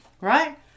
right